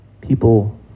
People